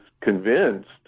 convinced